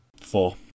Four